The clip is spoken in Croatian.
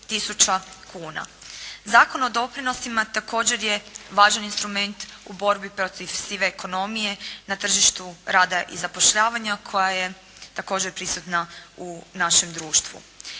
Zakon o doprinosima također je važan instrument u borbi protiv sive ekonomije na tržištu rada i zapošljavanja, koja je također prisutna u našem društvu.